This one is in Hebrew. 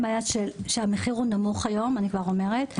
והמידע היתה שהמחיר היום נמוך גם אצלנו.